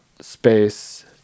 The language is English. space